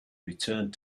returned